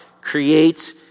creates